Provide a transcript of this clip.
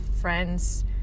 friends